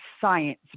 science